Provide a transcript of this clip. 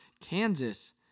Kansas